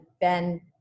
Ben